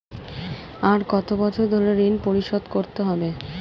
আর কত বছর ধরে ঋণ পরিশোধ করতে হবে?